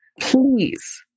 Please